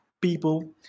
people